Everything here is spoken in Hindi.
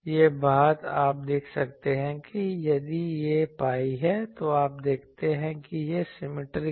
यह बात आप देख सकते हैं कि यदि यह pi है तो आप देखते हैं कि यह सिमिट्रिक है